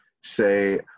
say